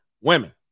women